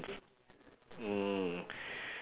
mm